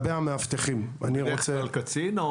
אתה מדבר על קצין?